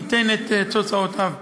ייתן את תוצאותיו במהרה.